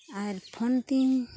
ᱟᱨ phone ᱛᱤᱧ